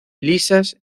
lisas